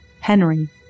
Henry